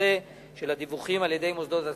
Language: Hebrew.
הנושא של הדיווחים על-ידי מוסדות ציבור,